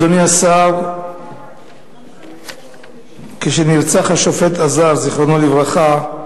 אדוני השר, כשנרצח השופט אזר, זיכרונו לברכה,